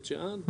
בית שאן.